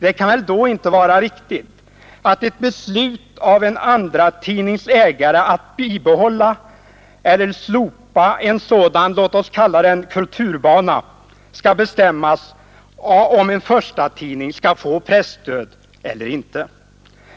Det kan väl då inte vara riktigt att ett beslut av en andratidnings ägare att bibehålla eller slopa en sådan, låt oss kalla den kulturbana skall bestämma om en förstatidning skall få presstöd eller inte.